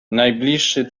najbliższy